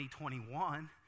2021